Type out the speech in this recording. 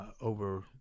over